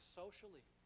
socially